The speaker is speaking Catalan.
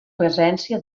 presència